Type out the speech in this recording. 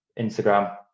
Instagram